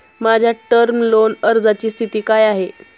माझ्या term loan अर्जाची स्थिती काय आहे?